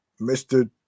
Mr